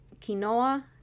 quinoa